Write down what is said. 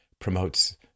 promotes